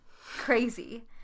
crazy